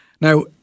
Now